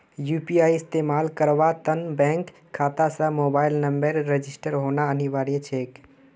UPI इस्तमाल करवार त न बैंक खाता स मोबाइल नंबरेर रजिस्टर्ड होना अनिवार्य छेक